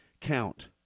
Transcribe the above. count